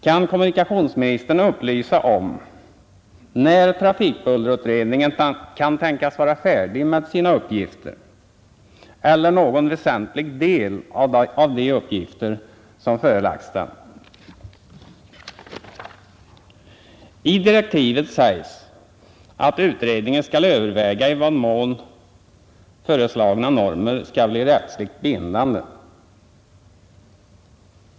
Kan kommunikationsministern upplysa om när trafikbullerutredningen kan tänkas vara färdig med sina uppgifter, eller någon väsentlig del av de uppgifter som förelagts den? I direktiven sägs att utredningen skall överväga i vad mån föreslagna normer skall bli rättsligt bindande.